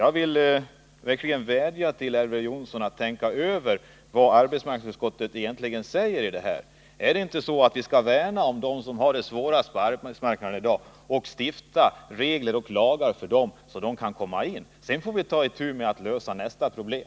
Jag vill verkligen vädja till Elver Jonsson att tänka över vad arbetsmarknadsutskottet egentligen säger om detta. Skall vi inte värna om dem som har det svårast på arbetsmarknaden i dag och stifta lagar och regler så att de kan komma in där? Sedan får vi ta itu med att lösa nästa problem.